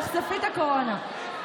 תחשפי את הקורונה.